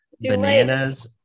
bananas